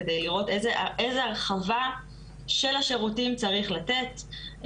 על מנת לראות איזו הרחבה של השירותים צריך לתת,